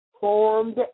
formed